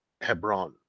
Hebron